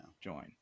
join